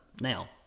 Now